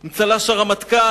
עם צל"ש הרמטכ"ל,